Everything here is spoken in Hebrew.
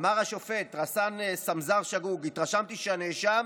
אמר השופט רס"ן סמזר שגוג: "התרשמתי שהנאשם